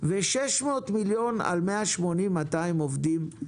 ו-600 מיליון על 200-180 עובדים.